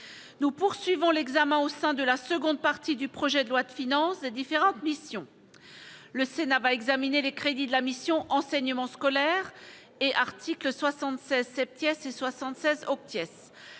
nous poursuivons l'examen au sein de la seconde partie du projet de loi de finances différentes missions : le Sénat va examiner les crédits de la mission enseignement scolaire et articles 76 70 76 obtiennent